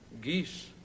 Geese